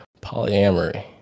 polyamory